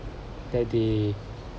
when they